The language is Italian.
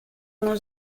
uno